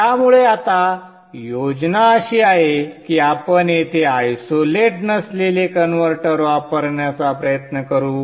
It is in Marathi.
त्यामुळे आता योजना अशी आहे की आपण येथे आयसोलेट नसलेले कन्व्हर्टर वापरण्याचा प्रयत्न करू